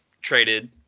traded